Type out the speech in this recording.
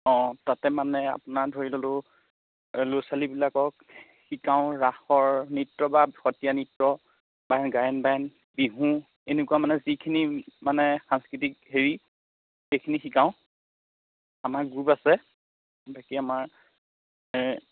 অঁ তাতে মানে আপোনাৰ ধৰি ললোঁ ল'ৰা ছোৱালীবিলাকক শিকাও ৰাসৰ নৃত্য বা সত্ৰীয়া নৃত্য বা গায়ন বায়ন বিহু এনেকুৱা মানে যিখিনি মানে সাংস্কৃতিক হেৰি সেইখিনি শিকাও আমাৰ গ্ৰুপ আছে বাকী আমাৰ